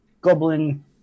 Goblin